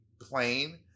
plain